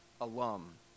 alum